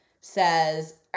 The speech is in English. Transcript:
says